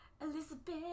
elizabeth